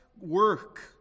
work